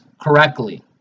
correctly